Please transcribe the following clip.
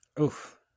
Oof